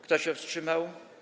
Kto się wstrzymał?